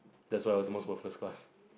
that's why I almost for the first class